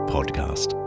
Podcast